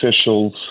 officials